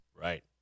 right